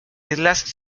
islas